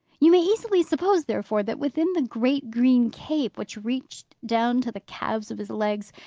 you may easily suppose, therefore, that within the great green cape, which reached down to the calves of his legs,